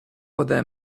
ode